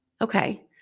okay